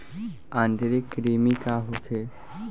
आंतरिक कृमि का होखे?